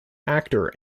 actor